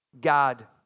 God